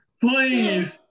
Please